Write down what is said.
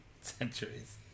centuries